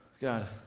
God